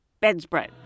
bedspread